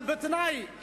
אבל בתנאי,